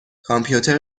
کامپیوتر